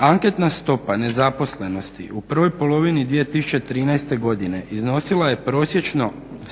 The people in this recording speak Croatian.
Anketna stopa nezaposlenosti u prvoj polovini 2013.godine iznosila je prosječno